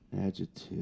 adjective